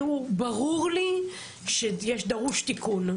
תראו, ברור לי שדרוש תיקון.